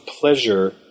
pleasure